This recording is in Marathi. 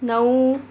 नऊ